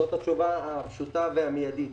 זאת התשובה הפשוטה והמיידית.